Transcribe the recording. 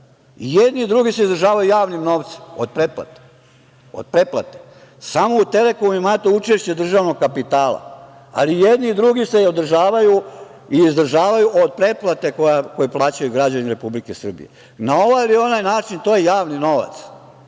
jedni i drugi se izdržavaju javnim novcem, od pretplate, samo u "Telekomu" imate učešće državnog kapitala, ali i jedni i drugi se održavaju i izdržavaju od pretplate koju plaćaju građani Republike Srbije. Na ovaj ili onaj način, to je javni novac.